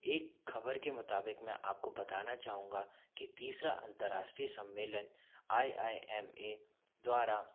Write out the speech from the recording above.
एक खबर के मुताबिक में आपको बताना चाहूँगा कि तीसरा अंतरराष्ट्रीय सम्मेलन आई आई एम ए द्वारा